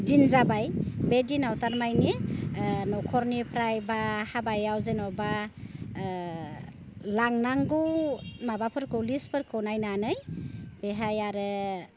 दिन जाबाय बे दिनाव थारमानि न'खरनिफ्राय बा हाबायाव जेनेबा लांनांगौ माबाफोरखौ लिस्टफोरखौ नायनानै बेहाय आरो